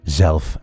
zelf